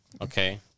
Okay